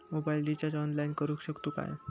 Mobile recharge online करुक शकतू काय?